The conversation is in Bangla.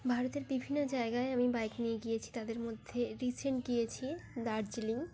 ভারতের বিভিন্ন জায়গায় আমি বাইক নিয়ে গিয়েছি তাদের মধ্যে রিসেন্ট গিয়েছি দার্জিলিং